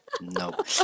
Nope